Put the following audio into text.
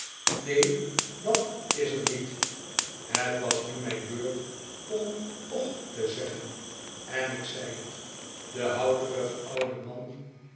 alles dat is alles neen dat's er niet het was nu mijn beurt om och te zeggen en ik zei t de houterige oude man